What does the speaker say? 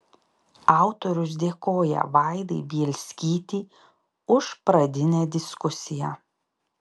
autorius dėkoja vaidai bielskytei už pradinę diskusiją